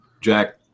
Jack